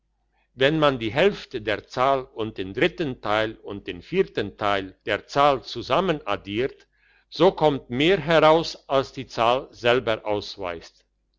wenn man die hälfte der zahl und den dritten teil und den vierten teil der zahl zusammen addiert so kommt mehr heraus als die zahl selber ausweist